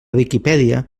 viquipèdia